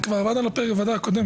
זה כבר עמד על הפרק בוועדה הקודמת.